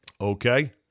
Okay